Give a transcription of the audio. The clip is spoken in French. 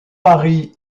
mari